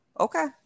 Okay